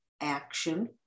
action